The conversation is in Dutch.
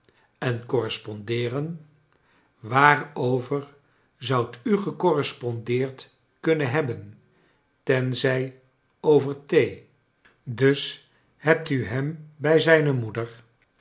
en correspondeeren waarover zoudt u gecorrespondeerd kunnen hebben tenzij over thee dus hebt u hem bij zijne moeder